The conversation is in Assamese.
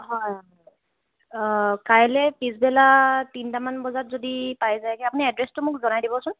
হয় কাইলৈ পিছবেলা তিনিটামান বজাত যদি পাই যায়গৈ আপুনি এড্ৰেছটো মোক জনাই দিবচোন